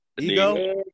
Ego